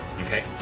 Okay